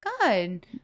Good